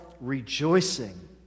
rejoicing